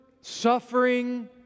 suffering